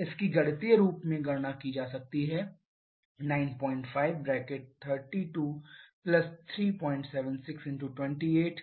इसकी गणितीय रूप में गणना की जा सकती है 95323762861214115165